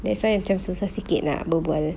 that's why macam susah sikit ah berbual